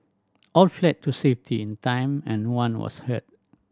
all fled to safety in time and one was hurt